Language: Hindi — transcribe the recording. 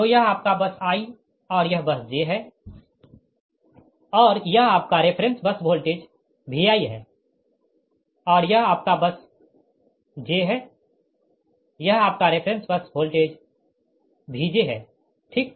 तो यह आपका बस i और यह बस j है और यह आपका रेफ़रेंस बस वोल्टेज Vi है और यह आपका बस j है यह आपका रेफ़रेंस बस वोल्टेज Vj है ठीक